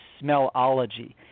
smellology